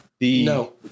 No